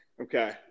Okay